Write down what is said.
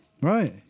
right